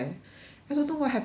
I don't know what happened